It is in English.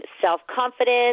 self-confidence